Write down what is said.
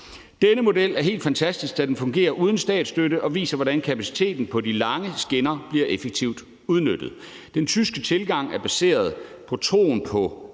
Denne model er helt fantastisk, da den fungerer uden statsstøtte og viser, hvordan kapaciteten på de lange skinner bliver effektivt udnyttet. Den tyske tilgang er baseret på troen på,